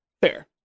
fair